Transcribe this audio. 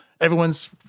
Everyone's